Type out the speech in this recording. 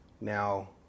now